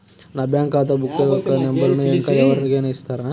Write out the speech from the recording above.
నా బ్యాంక్ ఖాతా బుక్ యొక్క నంబరును ఇంకా ఎవరి కైనా ఇస్తారా?